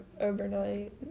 overnight